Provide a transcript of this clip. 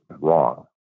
wrong